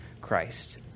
Christ